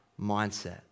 mindset